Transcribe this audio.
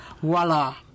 Voila